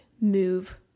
move